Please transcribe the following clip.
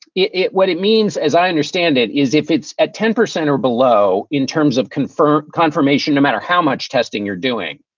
it it what it means, as i understand it, is if it's at ten percent or below in terms of confirmed confirmation, no matter how much testing you're doing,